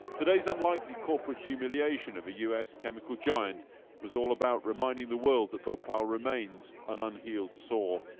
today's unlikely corporate humiliation of a u s. chemical giant was all about reminding the world that bhopal remains an unhealed sore.